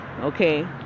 Okay